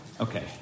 Okay